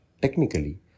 technically